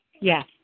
Yes